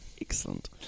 Excellent